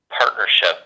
partnership